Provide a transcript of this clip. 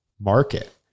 market